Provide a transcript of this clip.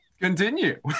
continue